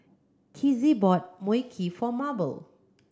Kizzy bought Mui Kee for Mable